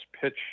pitch